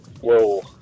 Whoa